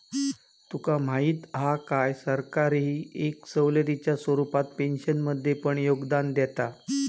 तुका माहीत हा काय, सरकारही कर सवलतीच्या स्वरूपात पेन्शनमध्ये पण योगदान देता